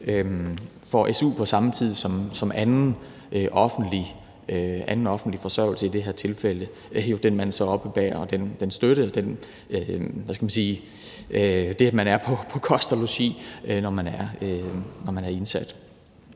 med at man får anden offentlig forsørgelse – i det her tilfælde den støtte, man så oppebærer, altså det, at man er på kost og logi, når man er indsat.